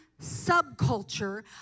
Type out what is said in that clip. subculture